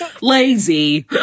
Lazy